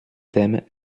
thèmes